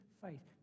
faith